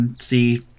see